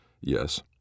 Yes